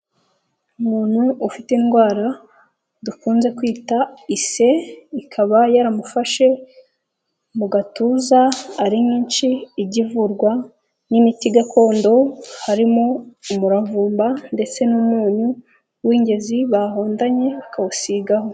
Umuntu ufite indwara dukunze kwita ise, ikaba yaramufashe mu gatuza ari nyinshi, ijya ivurwa n'imiti gakondo, harimo umuravumba ndetse n'umunyu w'ingezi, bahundanye akawusigaho.